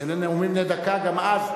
אלה היו ימים, אלה נאומים בני דקה, גם אז,